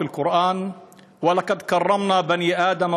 להלן תרגומם: אללה אומר בקוראן: "האדרנו את כבודם של בני האדם,